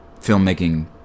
filmmaking